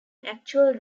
actual